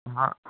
ہاں